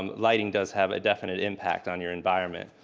um lighting does have a definite impact on your environment.